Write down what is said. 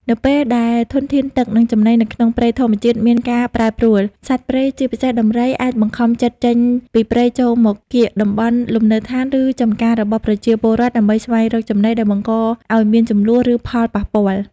នៅពេលដែលធនធានទឹក និងចំណីនៅក្នុងព្រៃធម្មជាតិមានការប្រែប្រួល សត្វព្រៃជាពិសេសដំរី អាចបង្ខំចិត្តចេញពីព្រៃចូលមកកៀកតំបន់លំនៅឋាន ឬចំការរបស់ប្រជាពលរដ្ឋ ដើម្បីស្វែងរកចំណី ដែលបង្កឱ្យមានជម្លោះ ឬផលប៉ះពាល់។